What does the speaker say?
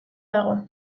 dago